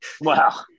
Wow